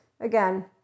again